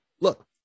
look